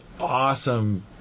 awesome